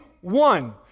one